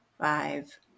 five